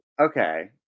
Okay